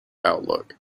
outlook